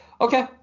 okay